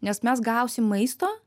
nes mes gausim maisto